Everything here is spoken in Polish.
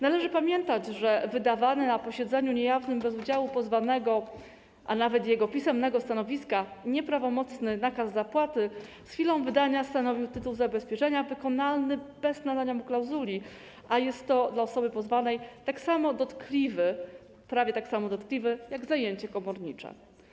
Należy pamiętać, że wydawany na posiedzeniu niejawnym do wydziału pozwanego, a nawet bez jego pisemnego stanowiska, nieprawomocny nakaz zapłaty z chwilą wydania stanowi tytuł zabezpieczenia wykonalny bez nadania mu klauzuli, a jest to dla osoby pozwanej prawie tak samo dotkliwe jak zajęcie komornicze.